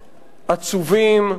עצובים,